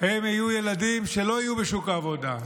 הם יהיו ילדים שלא יהיו בשוק העבודה.